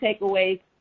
takeaways